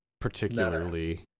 particularly